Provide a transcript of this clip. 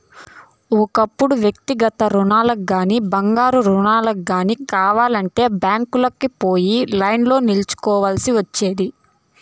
ఒకప్పుడు వ్యక్తిగత రుణాలుగానీ, బంగారు రుణాలు గానీ కావాలంటే బ్యాంకీలకి పోయి లైన్లో నిల్చోవల్సి ఒచ్చేది